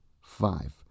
five